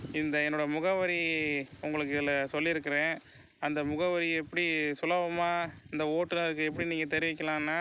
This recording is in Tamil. இந்த என்னோட முகவரி உங்களுக்கு இதில் சொல்லியிருக்கிறேன் அந்த முகவரி எப்படி சுலபமாக இந்த ஓட்டுநருக்கு எப்படி நீங்கள் தெரிவிக்கிலாம்னா